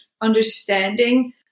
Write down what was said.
understanding